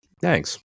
Thanks